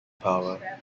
power